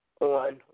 On